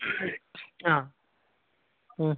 ആ